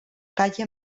calle